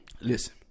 Listen